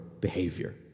behavior